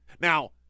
now